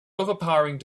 overpowering